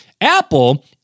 Apple